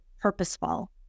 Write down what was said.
purposeful